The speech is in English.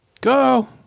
Go